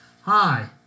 Hi